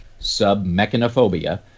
submechanophobia